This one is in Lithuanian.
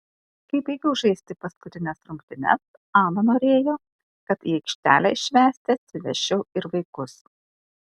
kai baigiau žaisti paskutines rungtynes ana norėjo kad į aikštelę švęsti atsivesčiau ir vaikus